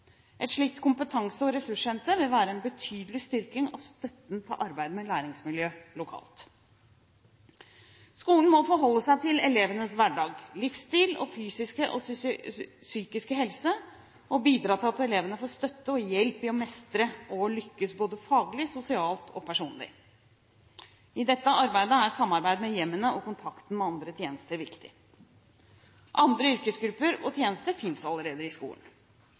Et slikt kompetanse- og ressurssenter vil være en betydelig styrking av støtten til arbeidet med læringsmiljøet lokalt. Skolen må forholde seg til elevenes hverdag, livsstil, fysiske og psykiske helse og bidra til at elevene får støtte og hjelp i å mestre og å lykkes både faglig, sosialt og personlig. I dette arbeidet er samarbeid med hjemmene og kontakten med andre tjenester viktig. Andre yrkesgrupper og tjenester finnes allerede i skolen: